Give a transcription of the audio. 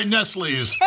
Nestle's